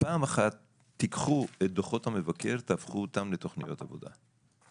את דוחות המבקר ולהפוך אותם לתוכניות עבודה.